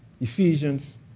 Ephesians